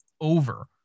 over